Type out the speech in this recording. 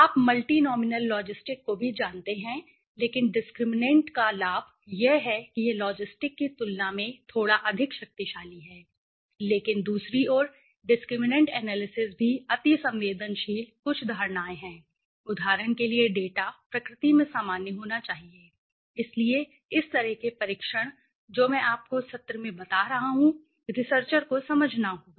आप multi nominal logistic को भी जानते हैं लेकिन डिस्क्रिमिनैंट का लाभ यह है कि यह लॉजिस्टिक की तुलना में थोड़ा अधिक शक्तिशाली है लेकिन दूसरी ओर डिस्क्रिमिनैंट एनालिसिस भी अतिसंवेदनशील कुछ धारणाएँ है उदाहरण के लिए डेटा प्रकृति में सामान्य होना चाहिए इसलिए इस तरह के परीक्षण जो मैं आपको सत्र में बता रहा हूं रिसर्चर को समझना होग